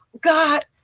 God